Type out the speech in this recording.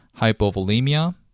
hypovolemia